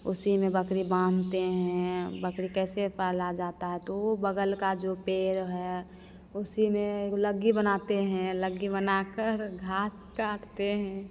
उसी में बकरी बाँधते हैं बकरी कैसे पाली जाती है तो वह बगल का जो पेड़ है उसी में एक लग्गी बनाते हैं लग्गी बनाकर घास काटते हैं